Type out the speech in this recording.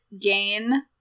gain